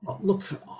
Look